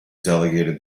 delegated